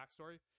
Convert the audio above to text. backstory